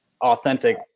authentic